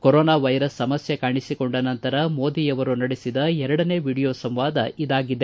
corona virus ಸಮಸ್ಕೆ ಕಾಣಿಸಿಕೊಂಡ ನಂತರ ಮೋದಿ ಅವರು ನಡೆಸಿದ ಎರಡನೇ ವಿಡಿಯೋ ಸಂವಾದ ಇದಾಗಿದೆ